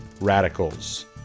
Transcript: radicals